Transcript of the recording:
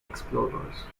explorers